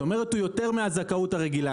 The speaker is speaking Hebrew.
זאת אומרת, הוא יותר מהזכאות הרגילה.